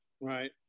Right